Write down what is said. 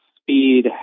speed